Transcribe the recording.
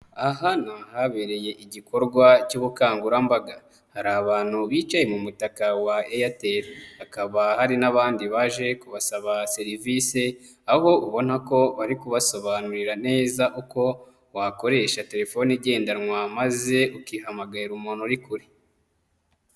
Aha ni ahabereye igikorwa cy'ubukangurambaga, hari abantu bicaye mu mutaka wa Airtel hakaba hari n'abandi baje kubasaba serivisi, aho ubona ko bari kubasobanurira neza uko wakoresha telefone igendanwa, maze ukihamagarira umuntu uri kure.